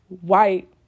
white